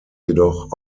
jedoch